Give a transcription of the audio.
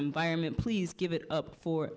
environment please give it up for